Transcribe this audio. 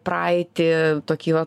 praeitį tokį